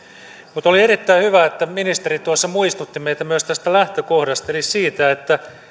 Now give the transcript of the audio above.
mutta oli erittäin hyvä että ministeri muistutti meitä myös tästä lähtökohdasta eli siitä että